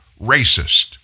racist